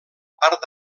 part